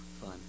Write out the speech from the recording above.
fun